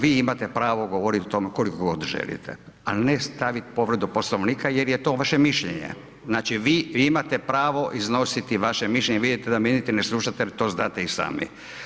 Vi imate pravo govoriti o tome koliko god želite, ali ne staviti povredu Poslovnika jer je to vaše mišljenje, znači vi, vi imate pravo iznositi vaše mišljenje, vidite da me niti ne slušate jer to znate i sami.